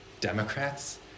Democrats